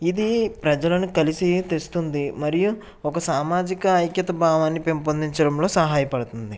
ఇది ప్రజలను కలిసి తెస్తుంది మరియు ఒక సామాజిక ఐక్యత భావాన్ని పెంపొందించడంలో సహాయపడుతుంది